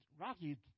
Rocky